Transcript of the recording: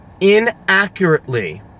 inaccurately